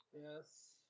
Yes